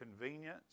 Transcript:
convenience